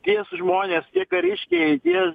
tie su žmonės tie kariškiai tie